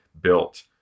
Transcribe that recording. built